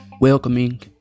welcoming